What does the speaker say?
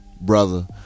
brother